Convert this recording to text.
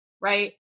right